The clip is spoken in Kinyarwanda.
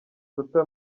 guta